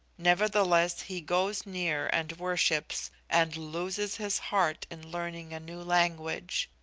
nevertheless he goes near and worships, and loses his heart in learning a new language.